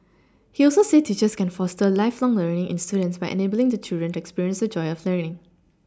he also said teachers can foster lifelong learning in students by enabling the children to experience the joy of learning